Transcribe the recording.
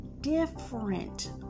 different